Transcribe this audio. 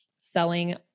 selling